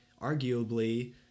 arguably